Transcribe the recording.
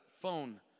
phone